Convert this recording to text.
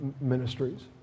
ministries